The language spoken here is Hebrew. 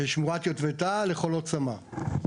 שמורת יטבתה לחולות סמר,